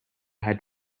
had